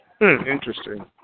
interesting